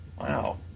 Wow